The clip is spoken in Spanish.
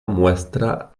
muestra